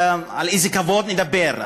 על איזה כבוד נדבר,